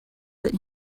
that